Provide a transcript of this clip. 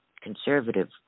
conservative